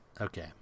Okay